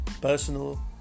personal